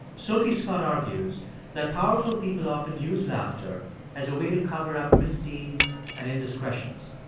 sophie scott argues that powerful people often use laughter as a way to cover up misdeeds and indiscretions.